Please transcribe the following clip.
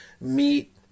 meet